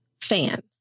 fan